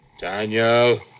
Daniel